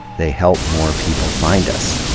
they helps more people find us.